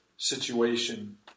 situation